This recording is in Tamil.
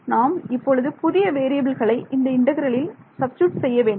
நாம் இப்பொழுது புதிய வேறியபில்களை இந்த இன்டெக்ரலில் சப்ஸ்டிட்யூட் செய்ய வேண்டும்